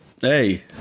Hey